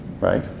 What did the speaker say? Right